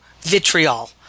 vitriol